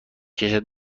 کشد